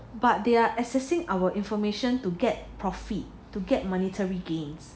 but they are accessing our information to get profit to get monetary gains